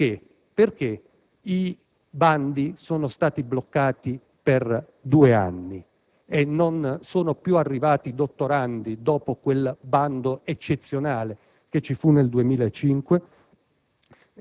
della Scuola sono stati bloccati per due anni e non sono più arrivati dottorandi dopo quel bando eccezionale del 2005?